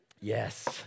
Yes